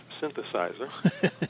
synthesizer